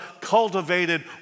cultivated